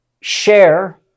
share